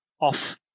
off